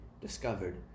discovered